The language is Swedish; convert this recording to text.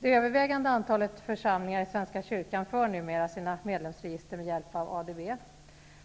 Det övervägande antalet församlingar i svenska kyrkan för numera sina medlemsregister med hjälp av ADB.